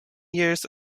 years